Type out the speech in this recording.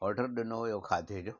ऑडरु ॾिनो हुयो खाधे जो